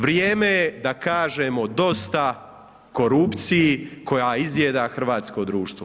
Vrijeme je da kažemo dosta korupciji, koja izjeda hrvatsko društvo.